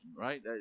right